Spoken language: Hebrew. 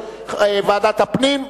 ועדת הפנים,